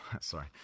Sorry